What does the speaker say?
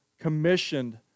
commissioned